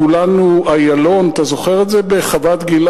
"כולנו איילון" אתה זוכר את זה בחוות-גלעד?